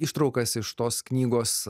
ištraukas iš tos knygos